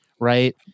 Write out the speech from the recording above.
right